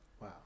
Wow